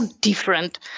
different